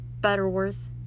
Butterworth